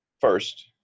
first